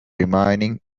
remaining